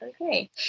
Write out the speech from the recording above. okay